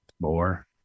more